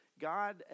God